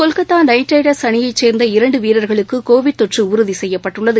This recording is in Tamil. கொல்கத்தா நைட் ரைடர்ஸ் அணியை சேர்ந்த இரண்டு வீரர்களுக்கு கோவிட் தொற்று உறுதி செய்யப்பட்டுள்ளது